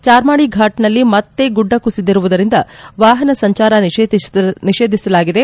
ಚಾರ್ಮಾಡಿ ಫಾಟಿಯಲ್ಲಿ ಮತ್ತೆ ಗುಡ್ಡ ಕುಸಿದಿರುವುದರಿಂದ ವಾಹನ ಸಂಚಾರ ನಿಷೇಧಿಸಲಾಗಿದೆ